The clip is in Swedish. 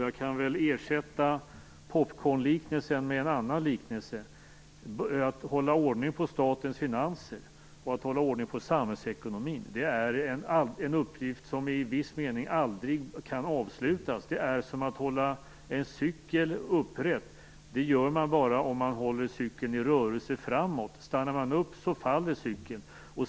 Jag kan ersätta popcornliknelsen med en annan liknelse. Att hålla ordning på statens finanser och på samhällsekonomin är en uppgift som i viss mening aldrig kan avslutas. Det är som att hålla en cykel upprätt. Det gör man bara om man håller cykeln i rörelse framåt. Stannar man upp faller cykeln.